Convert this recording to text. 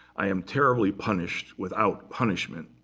i am terribly punished without punishment.